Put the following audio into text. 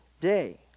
day